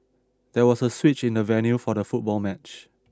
there was a switch in the venue for the football match